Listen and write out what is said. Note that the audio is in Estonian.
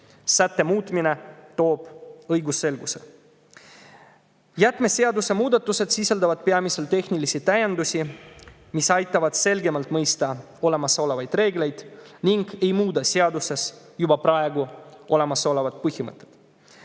Sätte muutmine toob õigusselguse. Jäätmeseaduse muudatused sisaldavad peamiselt tehnilisi täiendusi, mis aitavad selgemalt mõista olemasolevaid reegleid ega muuda seaduses juba olevaid põhimõtteid.